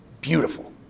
beautiful